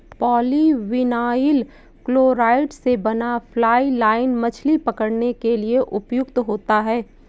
polyvinyl chloride से बना fly line मछली पकड़ने के लिए प्रयुक्त होता है